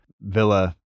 Villa